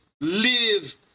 live